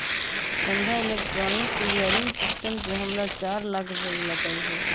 संध्या electronic clearing system से हमरा चार लाख भेज लकई ह